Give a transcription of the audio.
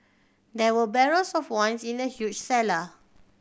there were barrels of wine in the huge cellar